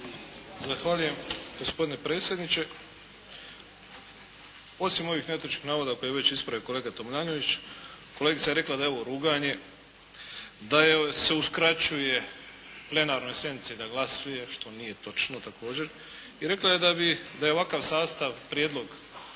Zahvaljujem gospodine predsjedniče. Osim ovih netočnih navoda koje je već ispravio kolega Tomljanović kolegica je rekla da je ovo ruganje, da se uskraćuje na plenarnoj sjednici da glasuje što nije točno također i rekla je da bi, da je ovakav sastav prijedlog